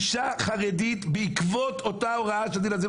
אישה חרדית בעקבות אותה הוראה של דינה זילבר,